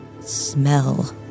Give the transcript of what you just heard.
smell